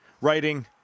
writing